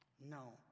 no